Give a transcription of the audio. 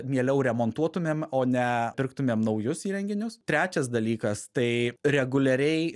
mieliau remontuotumėm o ne pirktumėm naujus įrenginius trečias dalykas tai reguliariai